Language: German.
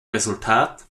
resultat